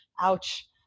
ouch